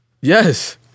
Yes